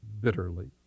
bitterly